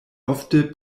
ofte